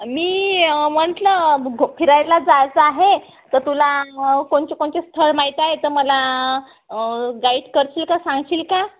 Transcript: मी म्हटलं फिरायला जायचं आहे तर तुला कोणते कोणते स्थळ माहीत आहे तर मला गाईड करशील का सांगशील का